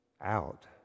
out